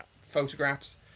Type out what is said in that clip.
photographs